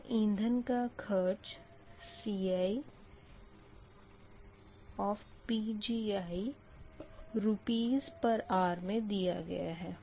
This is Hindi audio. यह ईंधन का ख़र्च Ci रूपिस पर आर मे दिया गया है